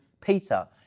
Peter